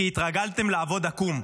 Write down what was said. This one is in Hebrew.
כי התרגלתם לעבוד עקום,